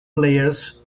players